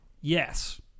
Yes